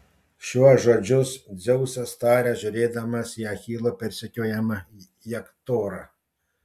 šiuos žodžius dzeusas taria žiūrėdamas į achilo persekiojamą hektorą